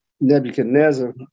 Nebuchadnezzar